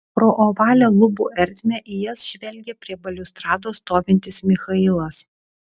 pro ovalią lubų ertmę į jas žvelgė prie baliustrados stovintis michailas